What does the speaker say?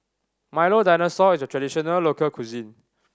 Milo Dinosaur is a traditional local cuisine